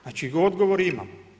Znači odgovor ima.